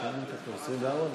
חברת הכנסת קרן ברק,